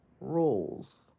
rules